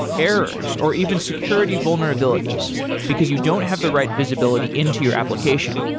errors or even security vulnerabilities because you don't have the right visibility into your application?